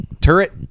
turret